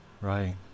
Right